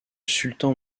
sultan